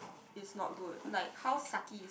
is not good like how sucky is